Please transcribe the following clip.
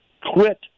quit